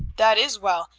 that is well,